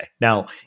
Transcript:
Now